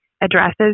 addresses